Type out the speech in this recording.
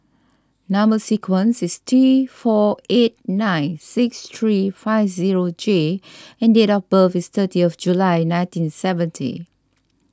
Number Sequence is T four eight nine six three five zero J and date of birth is thirtieth July nineteen seventy